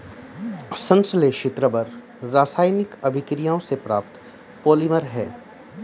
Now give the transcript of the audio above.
संश्लेषित रबर रासायनिक अभिक्रियाओं से प्राप्त पॉलिमर है